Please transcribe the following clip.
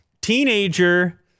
teenager